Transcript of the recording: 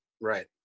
Right